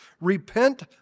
repent